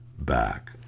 back